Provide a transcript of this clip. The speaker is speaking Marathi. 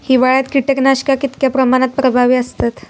हिवाळ्यात कीटकनाशका कीतक्या प्रमाणात प्रभावी असतत?